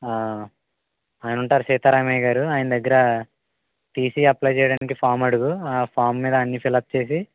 ఆయన ఉంటారు సీతారామయ్య గారు ఆయన దగ్గర టీసీ అప్లై చెయ్యడానికి ఫారం అడుగు ఆ ఫారం మీద అన్నీ ఫిల్ అప్ చేసి